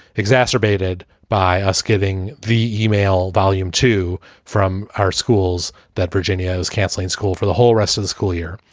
exacerbated by us giving the email volume to from our schools that virginia is canceling school for the whole rest of the school year.